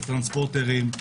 זה טרנספורטרים.